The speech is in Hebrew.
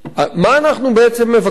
מה אנחנו בעצם מבקשים פה?